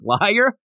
liar